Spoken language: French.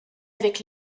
avec